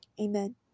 Amen